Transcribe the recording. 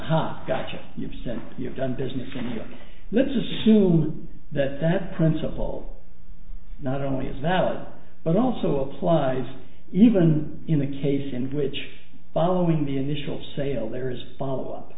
ha gotcha you've said you've done business with let's assume that that principle not only is valid but also applies even in the case in which following the initial sale there is follow up